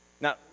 Now